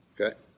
okay